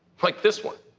like this one,